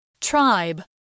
Tribe